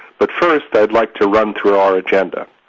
but first i'd like to run through our agenda.